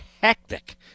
hectic